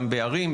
גם בערים,